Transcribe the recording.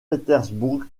pétersbourg